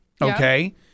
okay